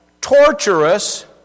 torturous